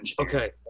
Okay